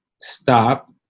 stop